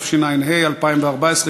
התשע"ה 2014,